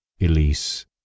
Elise